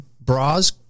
bras